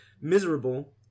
Miserable